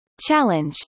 challenge